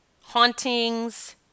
hauntings